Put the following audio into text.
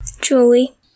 Julie